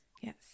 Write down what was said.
yes